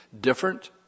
different